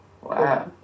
Wow